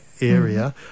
area